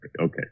okay